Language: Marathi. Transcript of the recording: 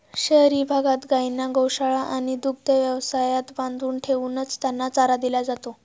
शहरी भागात गायींना गोशाळा आणि दुग्ध व्यवसायात बांधून ठेवूनच त्यांना चारा दिला जातो